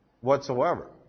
whatsoever